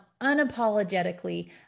unapologetically